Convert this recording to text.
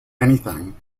anything